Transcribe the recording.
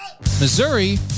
Missouri